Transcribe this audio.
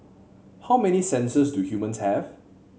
how many senses do humans have